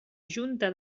junta